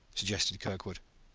suggested kirkwood.